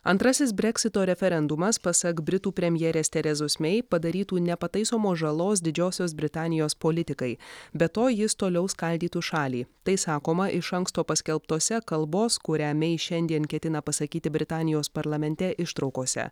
antrasis breksito referendumas pasak britų premjerės terezos mei padarytų nepataisomos žalos didžiosios britanijos politikai be to jis toliau skaldytų šalį tai sakoma iš anksto paskelbtose kalbos kurią mei šiandien ketina pasakyti britanijos parlamente ištraukose